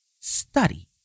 Study